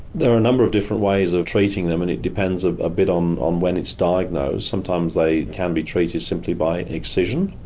there are a number of different ways of treating them and it depends a ah bit um on when it's diagnosed. sometimes they can be treated simply by an incision,